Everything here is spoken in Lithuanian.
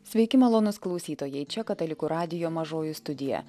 sveiki malonūs klausytojai čia katalikų radijo mažoji studija